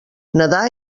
nadar